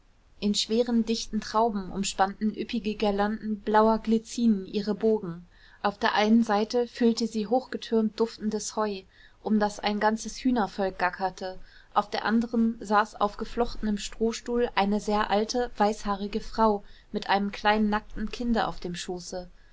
in schweren dichten trauben umspannten üppige girlanden blauer glyzinen ihre bogen auf der einen seite füllte sie hochgetürmt duftendes heu um das ein ganzes hühnervolk gackerte auf der anderen saß auf geflochtenem strohstuhl eine sehr alte weißhaarige frau mit einem kleinen nackten kinde auf dem schoße